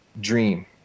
dream